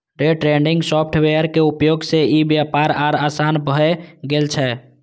day trading software के उपयोग सं ई व्यापार आर आसान भए गेल छै